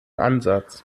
ansatz